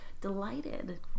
delighted